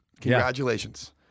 congratulations